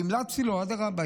והמלצתי לו: אדרבה,